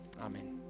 Amen